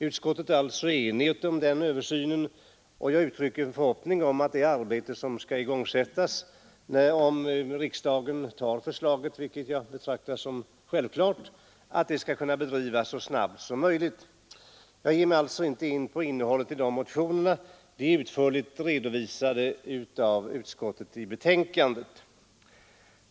Utskottet är alltså enigt om denna översyn, och jag uttrycker en förhoppning om att det arbete som skall igångsättas — om nu riksdagen tar förslaget, vilket jag betraktar som självklart — skall kunna bedrivas så snabbt som möjligt. Jag ger mig alltså inte in på innehållet i dessa motioner, eftersom de utförligt redovisats av utskottet i betänkandet.